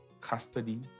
custody